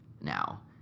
now